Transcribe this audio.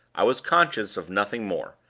i was conscious of nothing more,